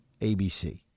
ABC